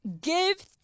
give